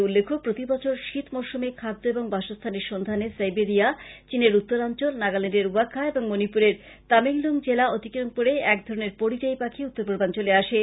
উল্লেখ্য প্রতি বছর শীত মরশুমে খাদ্য ও বাসস্থানের সন্ধানে সাইবেরিয়া চীনের উত্তরাঞ্চল নাগাল্যন্ডের ওয়াখা ও মনিপুরের তামেংলং জেলা অতিক্রম করে একধরনের পরিজাই পাখী উত্তরপূর্বাঞ্চলে আসে